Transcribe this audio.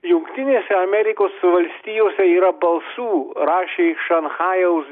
jungtinėse amerikos valstijose yra balsų rašė iš šanchajaus